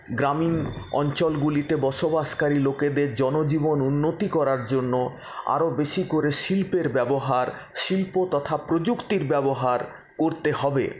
গ্রামীণ অঞ্চলগুলিতে বসবাসকারী লোকেদের জনজীবন উন্নতি করার জন্য আরও বেশি করে শিল্পের ব্যবহার শিল্প তথা প্রযুক্তির ব্যবহার করতে হবে